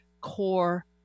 core